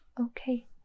Okay